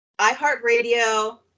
iHeartRadio